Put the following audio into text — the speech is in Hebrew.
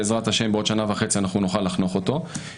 בעזרת השם, נוכל לחנוך אותו עוד שנה וחצי.